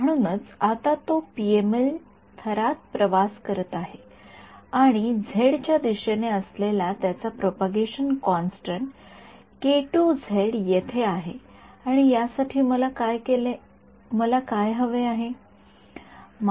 म्हणूनच आता तो पीएमएल थरात प्रवास करीत आहे आणि झेडच्या दिशेने असलेला त्याचा प्रोपोगेशन कॉन्स्टन्ट येथे आहे आणि यासाठी मला काय हवे आहे